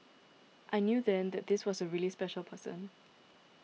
I knew then that this was a really special person